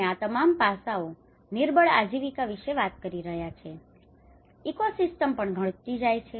અને આ તમામ પાસાઓ નિર્બળ આજીવિકા વિશે વાત કરી રહ્યા છે ઇકોસિસ્ટમ પણ ઘટતી જાય છે